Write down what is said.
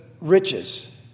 riches